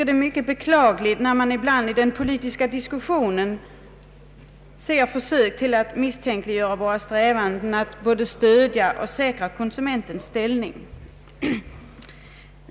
Det är beklagligt när man ibland i den politiska diskussionen ser försök att misstänkliggöra våra strävanden att stödja och stärka konsumenternas ställning.